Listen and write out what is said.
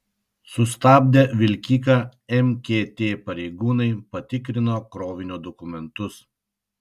sustabdę vilkiką mkt pareigūnai patikrino krovinio dokumentus